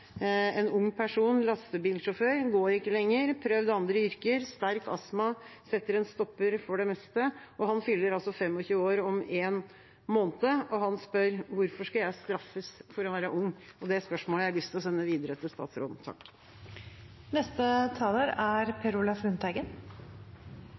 en ung person, lastebilsjåfør. Det går ikke lenger, han har prøvd andre yrker, sterk astma setter en stopper for det meste, og han fyller 25 år om en måned. Han spør: Hvorfor skal jeg straffes for å være ung? Det spørsmålet har jeg lyst til å sende videre til statsråden.